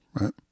right